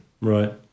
Right